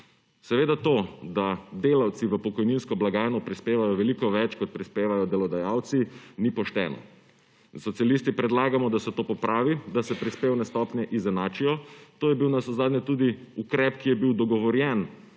Seveda to, da delavci v pokojninsko blagajno prispevajo veliko več, kot prispevajo delodajalci, ni pošteno. In socialisti predlagamo, da se to popravi, da se prispevne stopnje izenačijo. To je bil navsezadnje tudi ukrep, ki je bil dogovorjen